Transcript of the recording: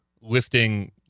listing